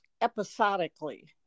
episodically